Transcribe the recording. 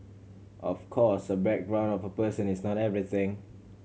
of course a background of a person is not everything